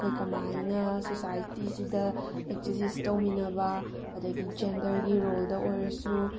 ꯑꯈꯣꯏ ꯀꯝꯥꯏꯅ ꯁꯣꯁꯥꯏꯇꯤꯁꯤꯗ ꯑꯦꯛꯖꯤꯖꯤꯁ ꯇꯧꯃꯤꯟꯅꯕ ꯑꯗꯒꯤ ꯖꯦꯟꯗꯔꯒꯤ ꯔꯣꯜꯗ ꯑꯣꯏꯔꯁꯨ